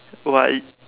why